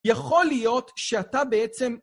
יכול להיות שאתה בעצם...